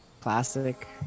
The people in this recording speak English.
Classic